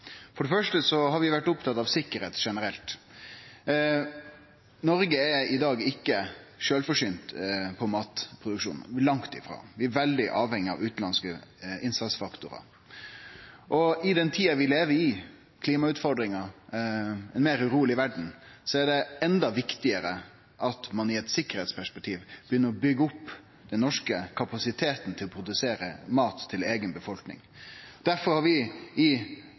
For det første har vi vore opptatt av tryggleik generelt. Noreg er i dag ikkje sjølvforsynt når det kjem til matproduksjon – langt derifrå. Vi er veldig avhengige av utanlandske innsatsfaktorar. I den tida vi lever i, med klimautfordringar og ei meir uroleg verd, er det enda viktigare at ein i eit tryggleiksperspektiv begynner å byggje opp den norske kapasiteten til å produsere mat til eiga befolkning. Difor har vi i